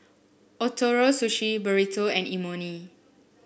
Ootoro Sushi Burrito and Imoni